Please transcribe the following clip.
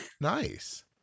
Nice